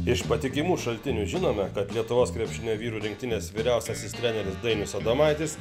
iš patikimų šaltinių žinome kad lietuvos krepšinio vyrų rinktinės vyriausiasis treneris dainius adomaitis